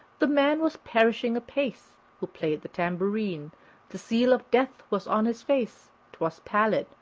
the man was perishing apace who played the tambourine the seal of death was on his face twas pallid,